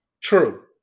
True